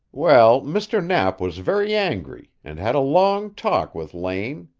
well, mr. knapp was very angry, and had a long talk with lane.